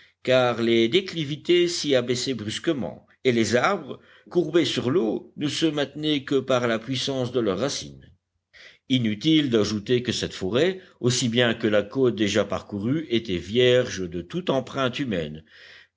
car les déclivités s'y abaissaient brusquement et les arbres courbés sur l'eau ne se maintenaient que par la puissance de leurs racines inutile d'ajouter que cette forêt aussi bien que la côte déjà parcourue était vierge de toute empreinte humaine